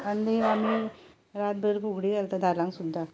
आनी आमी रातभर फुगडी घालता धालांक सुद्दां